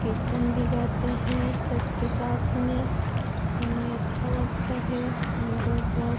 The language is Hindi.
कीर्तन भी करते हैं सबके साथ में हमें अच्छा लगता है हम लोग बहुत